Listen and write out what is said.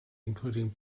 including